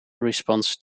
response